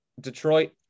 Detroit